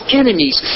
enemies